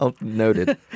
noted